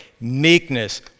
meekness